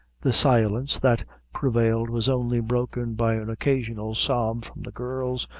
the silence that prevailed was only broken by an occasional sob from the girls,